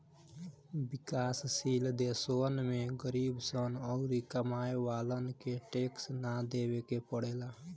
विकाश शील देशवन में गरीब सन अउरी कमाए वालन के टैक्स ना देवे के पड़ेला